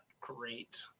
great